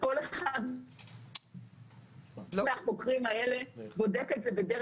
כל אחד מהחוקרים האלה בודק את זה ומה